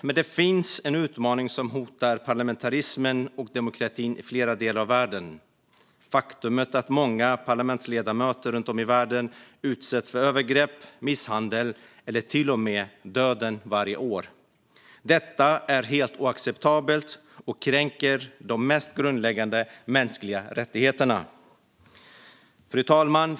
Men det finns en utmaning som hotar parlamentarismen och demokratin i flera delar av världen, nämligen det faktum att det varje år är många parlamentsledamöter runt om i världen som utsätts för övergrepp och misshandel eller till och med dödas. Detta är helt oacceptabelt och kränker de mest grundläggande mänskliga rättigheterna. Fru talman!